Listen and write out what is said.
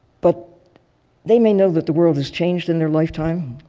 but they may know that the world has changed in their lifetime,